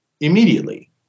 immediately